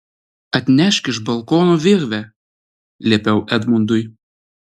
atnešk iš balkono virvę liepiau edmundui